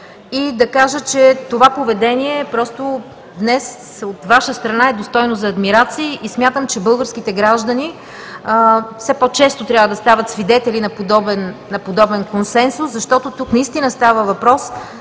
и да кажа, че това поведение днес от Ваша страна е достойно за адмирации. Смятам, че българските граждани все по-често трябва да стават свидетели на подобен консенсус, защото тук наистина става въпрос